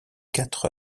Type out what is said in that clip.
quatre